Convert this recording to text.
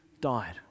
died